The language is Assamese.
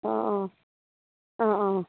অঁ অঁ অঁ অঁ